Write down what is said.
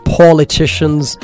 politicians